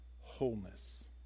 wholeness